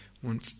One